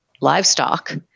livestock